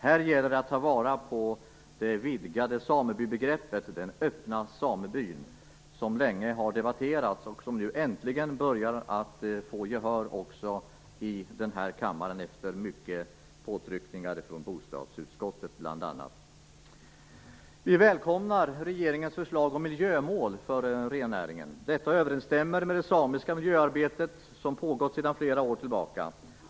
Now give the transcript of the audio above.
Här gäller det att ta vara på det vidgade samebybegreppet - den öppna samebyn - som länge har debatterats och som nu äntligen börjar få gehör också i denna kammare, efter stora påtryckningar från bl.a. bostadsutskottet. Kristdemokraterna välkomnar regeringens förslag om miljömål för rennäringen. Det överensstämmer med det samiska miljöarbetet som pågått sedan flera år tillbaka.